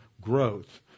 growth